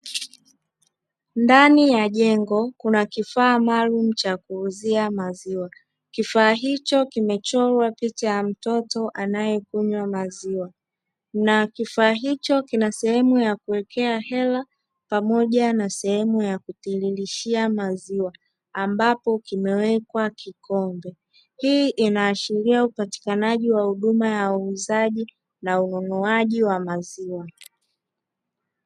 Ndani ya jengo kuna kifaa maalum cha kuuza maziwa. Kifaa hicho kimechorwa pita ya mtoto anayekunywa maziwa. Na kifaa hicho kina sehemu ya kuwekea hela pamoja na sehemu ya kutiririshia maziwa ambapo kimewekwa kikombe. Hii inaashiria upatikanaji wa huduma ya uuzaji na ununuaaji wa maziwa.